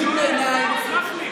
באמת אין צורך.